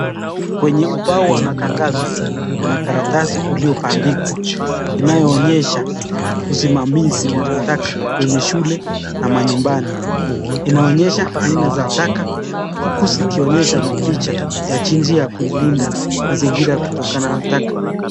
Kwenye ubao wa matangazo, kuna karatasi uliobandikwa inayo onyesha usimamizi wa taka kwenye shule na manyumbani. Inaonyesha aina za taka huku zikionyesha mapicha ya jinsi ya kuilinda mazingira kutokana na taka.